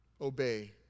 obey